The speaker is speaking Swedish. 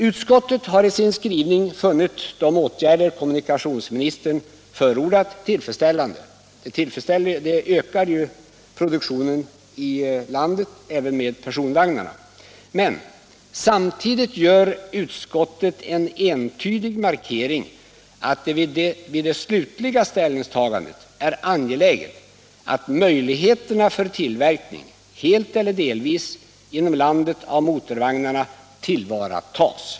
Utskottet har i sin skrivning funnit de åtgärder kommunikationsministern förordat tillfredsställande — härigenom ökar ju produktionen och därmed sysselsättningen i landet. Men samtidigt gör utskottet en entydig markering att det vid det slutliga ställningstagandet är angeläget att möjligheterna för tillverkning — helt eller delvis — inom landet av motorvagnarna tillvaratas.